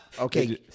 Okay